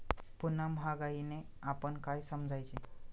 पुन्हा महागाईने आपण काय समजायचे?